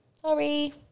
sorry